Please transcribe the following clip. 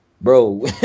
bro